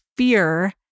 Fear